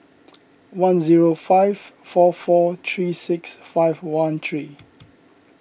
one zero five four four three six five one three